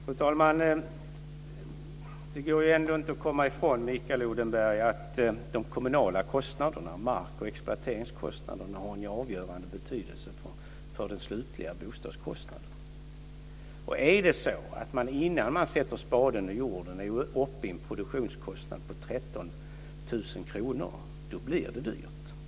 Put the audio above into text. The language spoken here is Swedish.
Fru talman! Det går ändå inte att komma ifrån, Mikael Odenberg, att de kommunala kostnaderna, mark och exploateringskostnaderna, har en avgörande betydelse för den slutliga bostadskostnaden. Om man innan man sätter spaden i jorden är uppe i en produktionskostnad på 13 000 kr blir det dyrt.